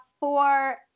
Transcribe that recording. four